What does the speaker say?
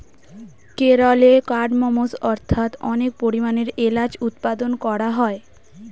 কেরলে কার্ডমমস্ অর্থাৎ অনেক পরিমাণে এলাচ উৎপাদন করা হয়